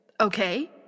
Okay